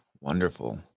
Wonderful